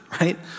right